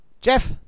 jeff